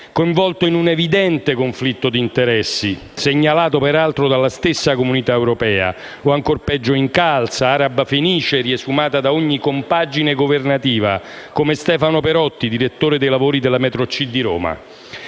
coinvolto in un evidente conflitto di interessi, segnalato peraltro dalla stessa Comunità europea; o ancora peggio come Incalza, araba fenice riesumata da ogni compagine governativa; come Stefano Perotti, direttore dei lavori della metro C di Roma.